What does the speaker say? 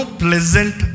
pleasant